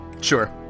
Sure